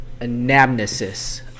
anamnesis